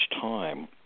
time